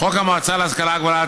"חוק המועצה להשכלה גבוהה,